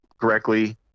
correctly